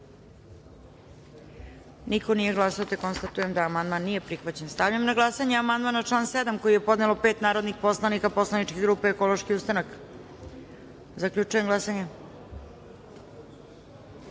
narodnih poslanika. Konstatujem da je amandman prihvaćen. Stavljam na glasanje amandman na član 9. koji je podnelo pet narodnih poslanika poslaničke grupe Ekološki ustanak. Zaključujem glasanje: